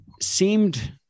seemed